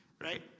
right